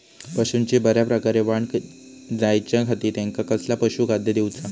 पशूंची बऱ्या प्रकारे वाढ जायच्या खाती त्यांका कसला पशुखाद्य दिऊचा?